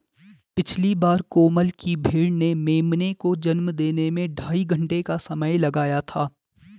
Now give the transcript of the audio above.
पिछली बार कोमल की भेड़ ने मेमने को जन्म देने में ढाई घंटे का समय लगाया था